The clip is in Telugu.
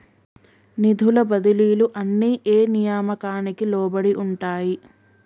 నిధుల బదిలీలు అన్ని ఏ నియామకానికి లోబడి ఉంటాయి?